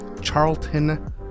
Charlton